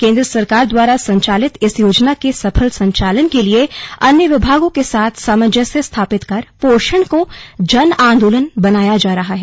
केंद्र सरकार द्वारा संचालित इस योजना के सफल संचालन के लिए अन्य विभागों के साथ सामंजस्य स्थापित कर पोषण को जन आंदोलन बनाया जा रहा है